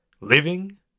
Living